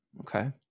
okay